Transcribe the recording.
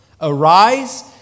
Arise